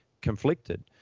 conflicted